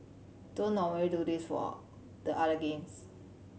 don't normally do this for the other games